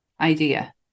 idea